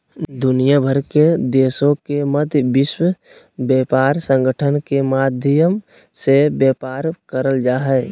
दुनिया भर के देशों के मध्य विश्व व्यापार संगठन के माध्यम से व्यापार करल जा हइ